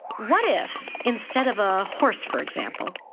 what if instead of a horse, for example,